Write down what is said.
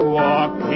walk